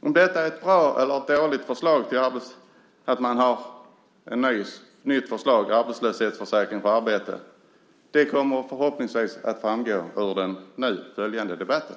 Om detta är ett bra eller dåligt nytt förslag om en arbetslöshetsförsäkring för arbete kommer förhoppningsvis att framgå av den nu följande debatten.